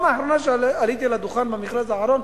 האחרונה שעליתי על הדוכן: במכרז האחרון,